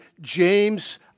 James